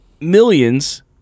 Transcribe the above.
millions